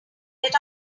get